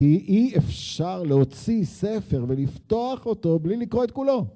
אי אפשר להוציא ספר ולפתוח אותו בלי לקרוא את כולו